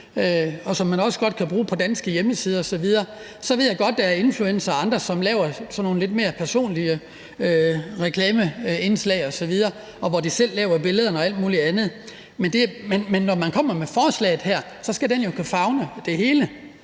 og som man også kan bruge på danske hjemmesider osv. Så ved jeg godt, at der er influencere og andre, som laver sådan nogle lidt mere personlige reklameindslag osv., hvor de selv laver billederne og alt muligt andet, men når man kommer med forslaget her, skal det jo kunne favne det hele,